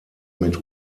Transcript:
mit